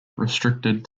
restricted